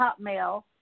hotmail